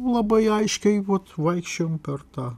labai aiškiai vat vaikščiojom per tą